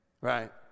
right